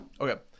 Okay